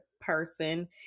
person